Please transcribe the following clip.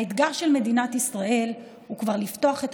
האתגר של מדינת ישראל הוא לפתוח כבר את